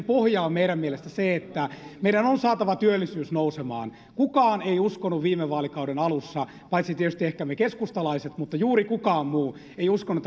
pohja on meidän mielestämme se että meidän on saatava työllisyys nousemaan kukaan ei uskonut viime vaalikauden alussa paitsi tietysti ehkä me keskustalaiset mutta juuri kukaan muu ei uskonut